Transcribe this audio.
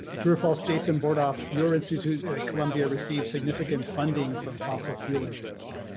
true or false jason board off your institute at columbia received significant funding from fossil fuel interests